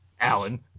Alan